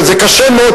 זה קשה מאוד,